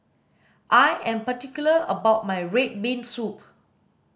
I am particular about my red bean soup